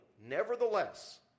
Nevertheless